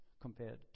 compared